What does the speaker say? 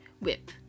whip